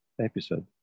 episode